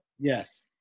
Yes